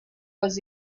was